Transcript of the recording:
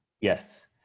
Yes